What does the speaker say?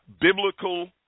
biblical